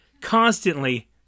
constantly